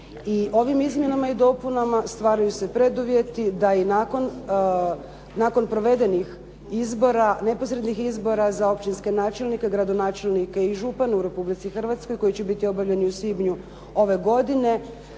ovim izmjenama i dopunama stvaraju se preduvjeti da i nakon provedenih izbora, neposrednih izbora za općinske načelnike, gradonačelnike i župane u Republici Hrvatskoj koji će biti obavljeni u svibnju ove godine